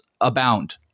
abound